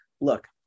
look